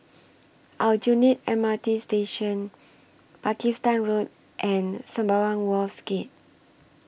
Aljunied M R T Station Pakistan Road and Sembawang Wharves Gate